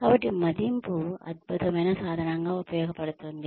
కాబట్టి మదింపు అద్భుతమైన సాధనంగా ఉపయోగపడుతుంది